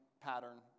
pattern